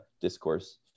discourse